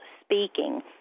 speaking